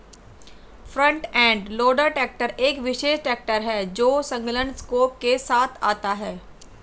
front end loader tractor एक विशेष tractor है जो संलग्न स्कूप के साथ आता है